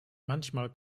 manchmal